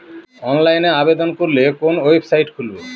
অনলাইনে আবেদন করলে কোন ওয়েবসাইট খুলব?